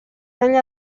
enllà